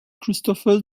christopher